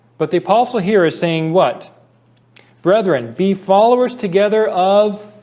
but the apostle here is saying what brethren be followers together of